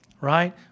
Right